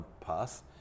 pass